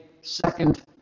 second